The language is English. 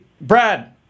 Brad